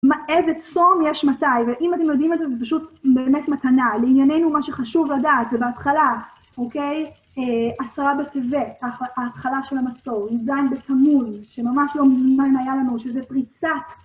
איזה צום יש מתי, ואם אתם יודעים את זה, זה פשוט באמת מתנה. לענייננו, מה שחשוב לדעת, זה בהתחלה, אוקיי? עשרה בטבת, ההתחלה של המצור, עם ז' בתמוז, שממש לא מזמן היה לנו, שזה פריצת